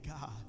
God